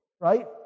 Right